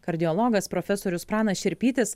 kardiologas profesorius pranas šerpytis